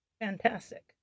Fantastic